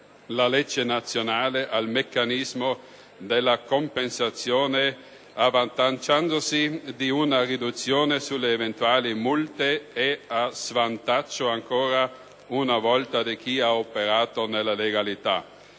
la legge nazionale, al meccanismo della compensazione, avvantaggiandosi di una riduzione sulle eventuali multe e a svantaggio ancora una volta di chi ha operato nella legalità.